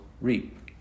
reap